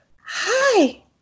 Hi